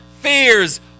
fears